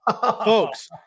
folks